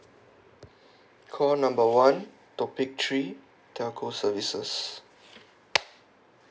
call number one topic three telco services